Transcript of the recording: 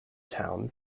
town